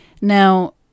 Now